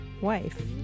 wife